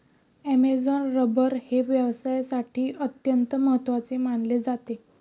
Amazon rubber हे व्यवसायासाठी अत्यंत महत्त्वाचे मानले जाते